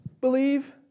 believe